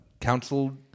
council